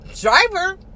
driver